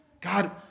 God